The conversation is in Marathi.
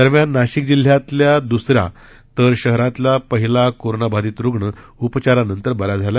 दरम्यान नाशिक जिल्ह्यातल्या दुसरा तर शहरातील पहिला कोरोनाबाधीत रूग्ण उपचारानंतर बरा झाला